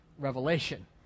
revelation